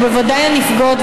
ובוודאי הנפגעות,